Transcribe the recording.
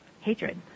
hatred